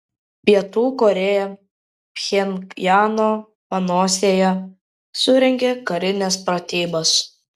pietų korėja pchenjano panosėje surengė karines pratybas